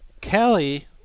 Kelly